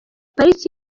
pariki